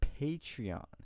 Patreon